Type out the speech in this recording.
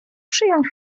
przyjąć